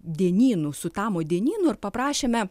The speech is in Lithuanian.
dienynu su tamo dienynu ir paprašėme